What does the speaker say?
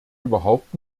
überhaupt